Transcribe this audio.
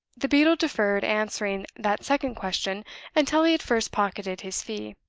the beadle deferred answering that second question until he had first pocketed his fee.